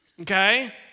Okay